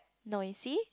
no you see